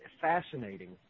fascinating